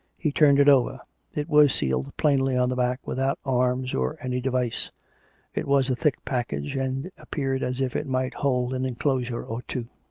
he turned it over it was sealed plainly on the back without arms or any device it was a thick package, and appeared as if it might hold an enclosure or two.